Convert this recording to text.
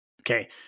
Okay